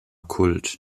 kult